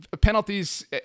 penalties